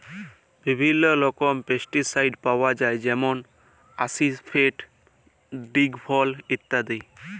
বিভিল্ল্য রকমের পেস্টিসাইড পাউয়া যায় যেমল আসিফেট, দিগফল ইত্যাদি